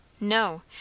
No